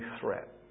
threat